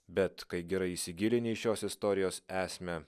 bet kai gerai įsigilini į šios istorijos esmę